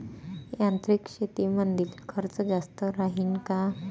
यांत्रिक शेतीमंदील खर्च जास्त राहीन का?